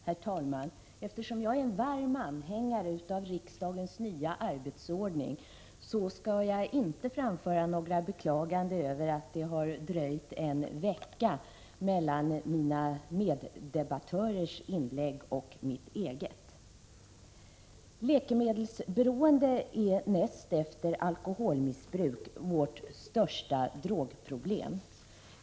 Herr talman! Eftersom jag är en varm anhängare av riksdagens nya arbetsordning skall jag inte framföra några beklaganden över att det har dröjt en vecka mellan mina meddebattörers inlägg och mitt eget. Läkemedelsberoende är näst efter alkoholmissbruk vårt största drogproblem.